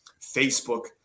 Facebook